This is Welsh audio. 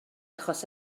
achos